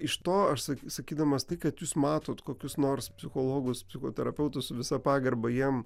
iš to aš sa sakydamas tai kad jūs matot kokius nors psichologus psichoterapeutus visa pagarba jiem